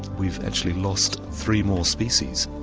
we've actually lost three more species.